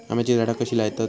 आम्याची झाडा कशी लयतत?